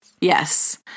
Yes